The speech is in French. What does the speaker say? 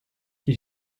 qui